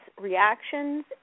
reactions